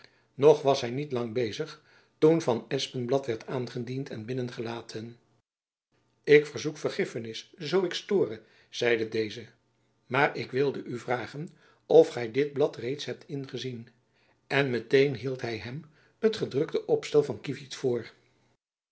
nog was hy niet lang bezig toen van espenblad werd aangediend en binnengelaten ik verzoek vergiffenis zoo ik u stoor zeide jacob van lennep elizabeth musch deze maar ik wilde u vragen of gy dit blad reeds hebt ingezien en met-een hield hy hem het gedrukte opstel van kievit voor